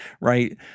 right